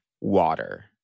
water